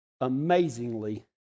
amazingly